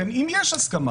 כן, אם יש הסכמה.